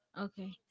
Okay